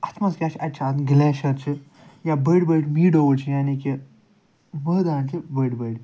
اَتھ منٛز کیٛاہ چھِ اَتہِ چھِ آ گِلیشَر چھِ یا بٔڑۍ بٔڑۍ میٖڈُوز چھِ یعنی کہِ مٲدان چھِ بٔڑۍ بٔڑۍ